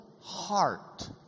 heart